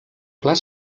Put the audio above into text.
clar